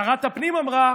שרת הפנים אמרה: